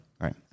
Right